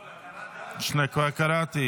קראת.